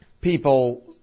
people